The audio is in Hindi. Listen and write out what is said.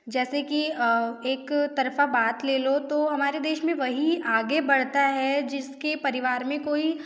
जैसे कि एक तरफ़ा बात ले लो तो हमारे देश मे वही आगे बढ़ता है जिसके परिवार मे कोई